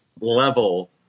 level